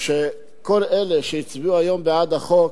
שכל אלה שהצביעו היום בעד החוק,